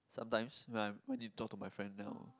sometimes when I'm I need to talk to my friend then I will